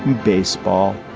baseball,